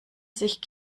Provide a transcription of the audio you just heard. sich